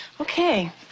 Okay